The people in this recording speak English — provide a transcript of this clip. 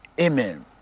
amen